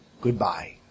Goodbye